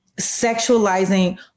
sexualizing